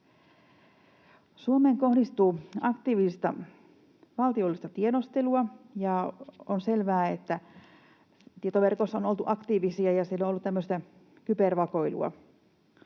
Suomeen kohdistuu aktiivista valtiollista tiedustelua, ja on selvää, että tietoverkoissa on oltu aktiivisia ja siellä